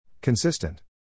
Consistent